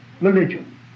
religion